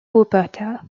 wuppertal